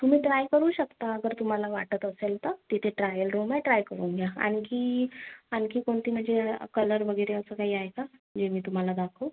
तुमी ट्राय करू शकता अगर तुम्हाला वाटत असेल तर तिथे ट्रायल रूम आहे ट्राय करून घ्या आणखी आणखी कोणती म्हणजे कलर वगैरे असं काही आहे का जे मी तुम्हाला दाखवू